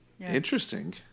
Interesting